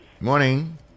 Morning